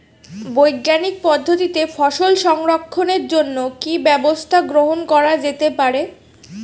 বৈজ্ঞানিক পদ্ধতিতে ফসল সংরক্ষণের জন্য কি ব্যবস্থা গ্রহণ করা যেতে পারে?